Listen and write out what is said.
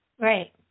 Right